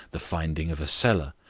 the finding of a cellar,